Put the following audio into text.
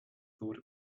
thought